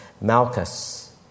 Malchus